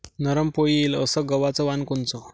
नरम पोळी येईन अस गवाचं वान कोनचं?